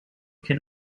can